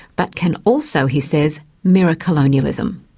but can also, he says, mirror colonialism.